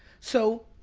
so,